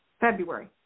February